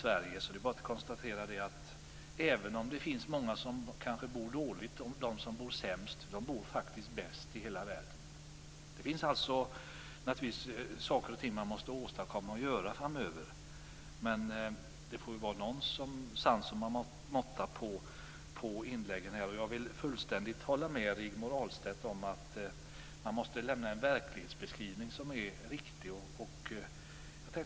Även om det finns många i vårt samhälle som bor dåligt är det bara att konstatera att de som bor sämst faktiskt bor bäst i jämförelse med övriga världen. Naturligtvis finns det saker och ting som man måste åstadkomma framöver, men det får väl vara någon sans och måtta på inläggen här. Jag håller fullständigt med Rigmor Ahlstedt om att man måste ge en verklighetsbeskrivning som är riktig.